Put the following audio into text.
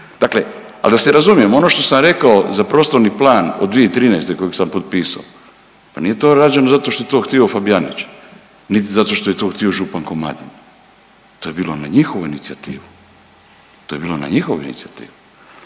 dakle a da se razumijemo ono što sam rekao za prostorni plan od 2013. kojeg sam potpisao pa nije to rađeno zato što je to htio Fabijanić niti zato što je to htio župan Komadina, to je bilo na njihovu inicijativu. To je bilo na njihovu inicijativu.